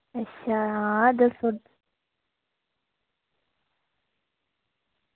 अच्छा हां दस्सो